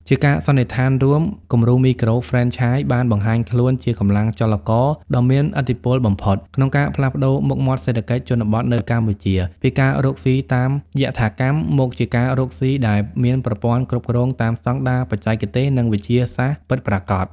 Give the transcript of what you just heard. ជាការសន្និដ្ឋានរួម គំរូមីក្រូហ្វ្រេនឆាយបានបង្ហាញខ្លួនជាកម្លាំងចលករដ៏មានឥទ្ធិពលបំផុត ក្នុងការផ្លាស់ប្តូរមុខមាត់សេដ្ឋកិច្ចជនបទនៅកម្ពុជា ពីការរកស៊ីតាមយថាកម្ម មកជាការរកស៊ីដែលមានប្រព័ន្ធគ្រប់គ្រងតាមស្ដង់ដារបច្ចេកទេស និងវិទ្យាសាស្ត្រពិតប្រាកដ។